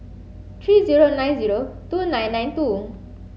three zero nine zero two nine nine two